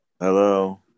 Hello